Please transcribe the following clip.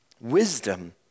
Wisdom